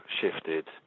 shifted